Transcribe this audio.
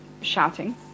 shouting